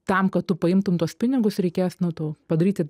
tam kad tu paimtum tuos pinigus reikės nu tau padaryti